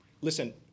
Listen